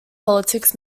politics